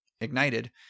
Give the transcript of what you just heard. ignited